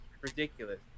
ridiculous